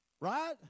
right